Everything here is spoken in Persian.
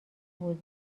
بود